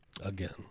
Again